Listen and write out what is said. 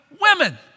women